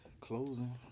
closing